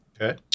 Okay